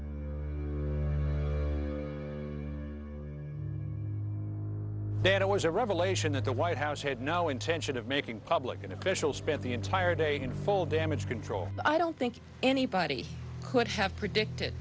it was a revelation that the white house had no intention of making public an official spent the entire day in full damage control i don't think anybody could have predicted